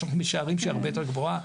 שאנחנו משערים שהיא הרבה יותר גבוהה,